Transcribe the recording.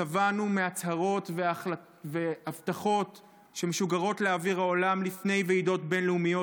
שבענו הצהרות והחלטות שמשוגרות לאוויר העולם לפני ועידות בין-לאומיות,